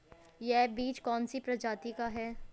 यह बीज कौन सी प्रजाति का है?